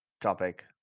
topic